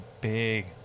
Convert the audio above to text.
big